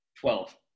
Twelve